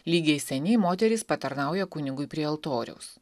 lygiai seniai moterys patarnauja kunigui prie altoriaus